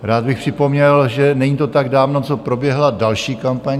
Rád bych připomněl, že není to tak dávno, co proběhla další kampaň.